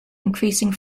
increasing